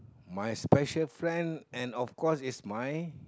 my special friend and of course is my